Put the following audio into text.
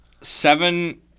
seven